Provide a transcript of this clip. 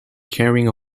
carrying